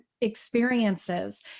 experiences